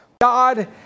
God